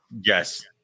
Yes